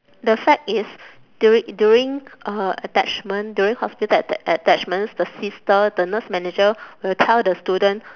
the fact is during during uh attachment during hospital attac~ attachments the sister the nurse manager will tell the student